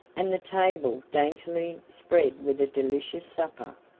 and the table daintily spread with a delicious supper.